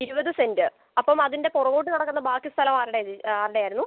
ഇരുപത് സെൻറ്റ് അപ്പം അതിൻ്റെ പുറകോട്ട് കിടക്കുന്ന ബാക്കി സ്ഥലം ആരുടെയാണ് ചേച്ചി ആരുടെയായിരുന്നു